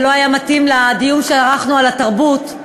זה לא היה מתאים לדיון שערכנו על התרבות.